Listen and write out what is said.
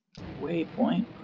waypoint